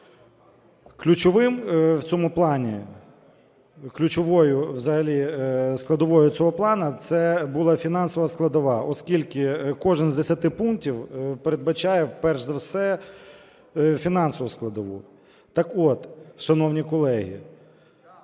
взагалі складовою цього плану це була фінансова складова, оскільки кожен з 10 пунктів передбачає перш за все фінансову складову.